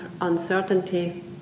uncertainty